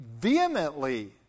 vehemently